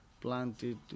planted